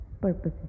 purposes